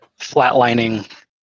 flatlining